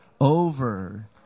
over